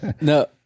no